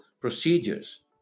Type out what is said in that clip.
procedures